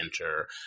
enter